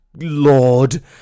lord